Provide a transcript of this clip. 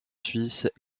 suisse